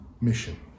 mission